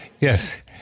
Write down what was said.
Yes